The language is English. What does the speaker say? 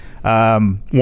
One